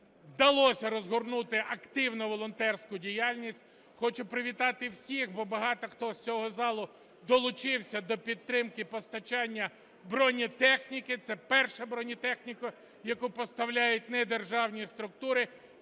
вдалося розгорнути активну волонтерську діяльність. Хочу привітати всіх, бо багато хто з цього залу долучився до підтримки постачання бронетехніки. Це перша бронетехніка, яку поставляють недержавні структури.